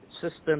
system